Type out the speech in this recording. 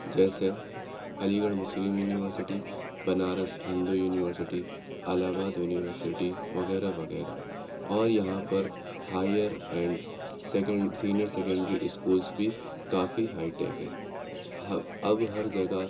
جیسے Aligarh Muslim university Banaras Hindu university Allahabad university وغیرہ وغیرہ اور یہاں پر higher and second senior secondary schools بھی کافی ہائی ٹیک ہیں ہب اب ہر جگہ